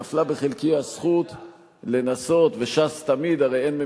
נפלה בחלקי הזכות לנסות, מה עם ש"ס?